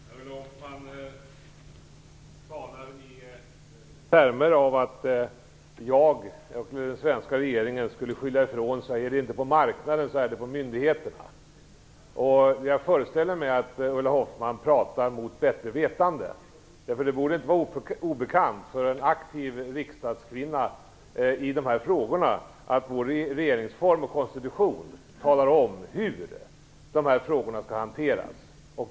Fru talman! Ulla Hoffmann talar i termer av att jag och den svenska regeringen skulle skylla ifrån oss - är det inte på marknaden så är det på myndigheterna. Jag föreställer mig att Ulla Hoffmann pratar mot bättre vetande. Det borde inte vara obekant för en aktiv riksdagskvinna att vår regeringsform och konstitution talar om hur dessa frågor skall hanteras.